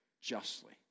Justly